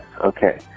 okay